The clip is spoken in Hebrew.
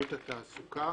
לשירות התעסוקה.